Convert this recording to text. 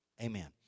Amen